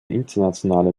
internationale